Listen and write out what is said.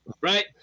right